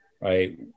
Right